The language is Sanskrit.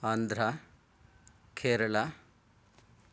आन्ध्रा केरला